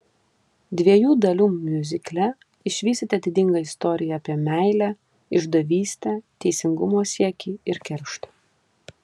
dviejų dalių miuzikle išvysite didingą istoriją apie meilę išdavystę teisingumo siekį ir kerštą